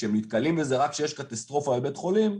שהם נתקלים בזה רק כאשר יש קטסטרופה בבית חולים,